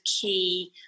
key